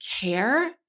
care